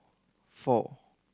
four